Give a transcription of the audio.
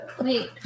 Wait